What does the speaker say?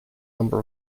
number